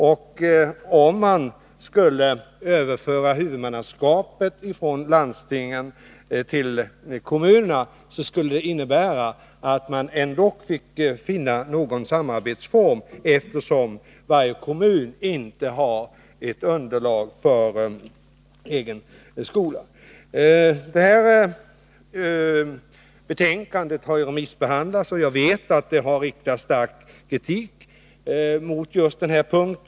Om man skulle överföra huvudmannaskapet från landstingen till kommunerna skulle det innebära att man ändock fick finna någon samarbetsform, eftersom varje kommun inte har ett underlag för egen skola. Omsorgskommitténs betänkande har remissbehandlats, och jag vet att det har riktats stark kritik mot just denna punkt.